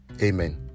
amen